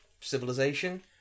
civilization